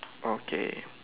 okay